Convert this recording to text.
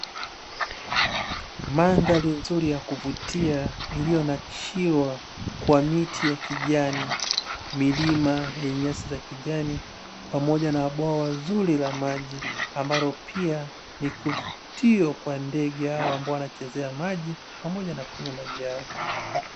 Mandhari nzuri ya kuvutia iliyonakshiwa kwa miti ya kijani, milima yenye nyasi za kijani pamoja na bwawa zuri la maji, ambalo pia ni kivutio kwa ndege hao ambao wanaochezea maji pamoja na kunywa maji hayo.